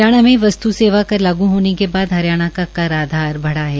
हरियाणा में वस्तु सेवा कर लागू होने के बाद हरियाणा का कर आधार बढ़ा है